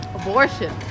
abortion